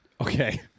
Okay